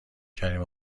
کریم